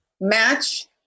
match